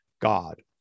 God